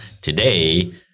today